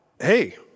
hey